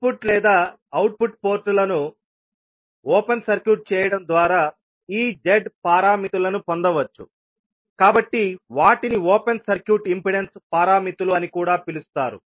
input లేదా output పోర్టులను open circuit చేయడం ద్వారా ఈ z పారామితులను పొందవచ్చు కాబట్టి వాటిని ఓపెన్ సర్క్యూట్ ఇంపెడెన్స్ పారామితులు అని కూడా పిలుస్తారు